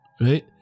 right